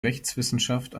rechtswissenschaft